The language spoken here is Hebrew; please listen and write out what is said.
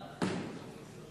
מצביע מנחם אליעזר מוזס,